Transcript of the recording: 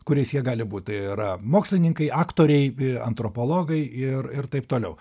kuriais jie gali būt tai yra mokslininkai aktoriai antropologai ir ir taip toliau